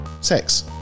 sex